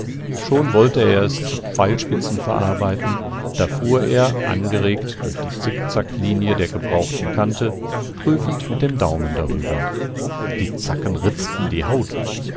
schon wollte er es zu pfeilspitzen verarbeiten da fuhr er angeregt durch die zickzacklinie der gebrauchten kante prüfend mit dem daumen darüber die zacken ritzten die haut